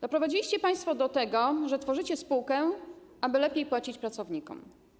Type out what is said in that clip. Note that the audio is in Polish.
Doprowadziliście państwo do tego, że tworzycie spółkę, aby lepiej płacić pracownikom.